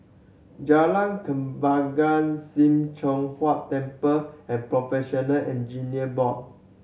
Jalan Kembangan Sim Choon Huat Temple and Professional Engineers Board